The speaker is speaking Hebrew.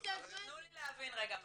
תנו לי להבין רגע משהו.